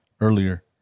earlier